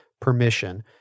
permission